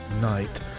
night